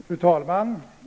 Fru talman!